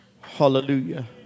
Hallelujah